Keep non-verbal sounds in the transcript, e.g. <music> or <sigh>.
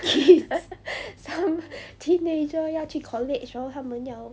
<laughs> some teenager 要去 college 然后他们要